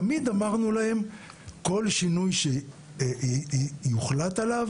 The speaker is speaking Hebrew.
תמיד אמרנו להם כל שינוי שיוחלט עליו